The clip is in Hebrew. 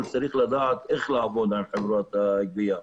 צריך לדעת איך לעבוד עם חברת הגבייה.